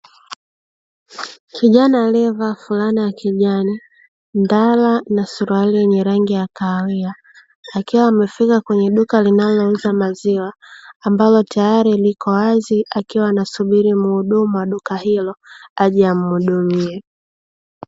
Kijana aliyevaa fulana ya kijani, ndala na suruali yenye rangi ya kahawia akiwa amefika kwenye duku linalouza maziwa ambalo tayari liko wazi akiwa anasubiri mhudumu wa duka hilo aje amuhudumie.